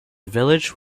village